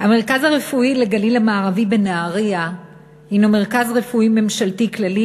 המרכז הרפואי לגליל המערבי בנהרייה הוא מרכז רפואי ממשלתי כללי,